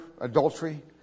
adultery